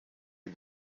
die